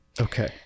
Okay